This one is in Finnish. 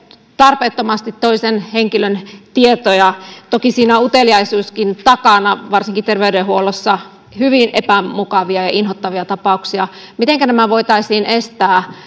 tarpeettomasti toisen henkilön tietoja toki siinä on uteliaisuuskin takana varsinkin terveydenhuollossa hyvin epämukavia ja inhottavia tapauksia mitenkä nämä voitaisiin estää